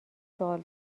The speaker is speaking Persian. سوال